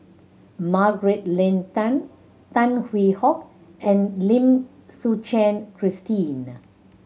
Margaret Leng Tan Tan Hwee Hock and Lim Suchen Christine